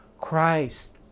Christ